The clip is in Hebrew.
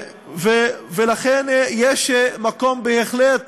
ולכן יש מקום בהחלט